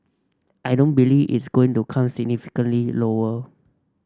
I don't believe it's going to come significantly lower